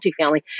multifamily